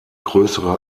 größere